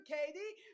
Katie